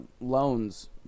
loans